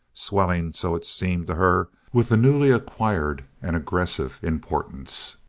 swelling, so it seemed to her, with a newly acquired and aggressive importance.